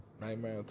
Nightmare